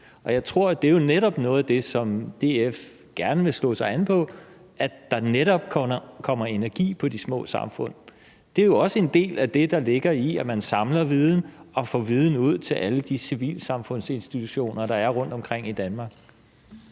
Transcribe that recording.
jeg tror, at det netop er noget af det, som DF gerne vil slå sig op på, altså at der netop kommer energi ud til de små samfund. Det er jo også en del af det, der ligger i, at man samler viden og får viden ud til alle de civilsamfundsinstitutioner, der er rundtomkring i Danmark.